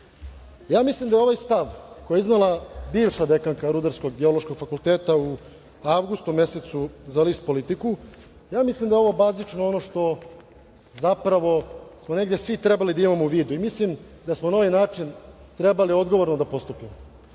Mislim da ovaj stav koji je iznela bivša dekanka Rudarsko- geološkog fakulteta u avgustu mesecu za list Politiku, mislim da je ovo bazično, ono što zapravo bi negde svi trebali da imamo u vidu. Mislim da smo na ovaj način trebali odgovorno da postupimo. Tada